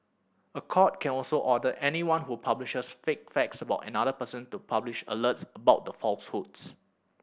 a court can also order anyone who publishes false facts about another person to publish alerts about the falsehoods